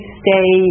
stay